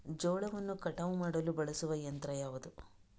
ಜೋಳವನ್ನು ಕಟಾವು ಮಾಡಲು ಬಳಸುವ ಯಂತ್ರ ಯಾವುದು?